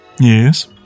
yes